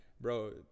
bro